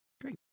Great